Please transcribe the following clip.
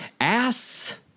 ass